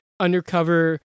undercover